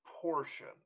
portion